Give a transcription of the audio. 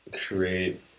create